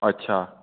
अच्छा